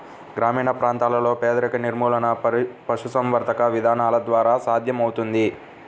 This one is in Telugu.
గ్రామీణ ప్రాంతాలలో పేదరిక నిర్మూలన పశుసంవర్ధక విధానాల ద్వారా సాధ్యమవుతుంది